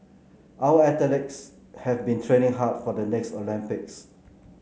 our athletes have been training hard for the next Olympics